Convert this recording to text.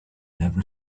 never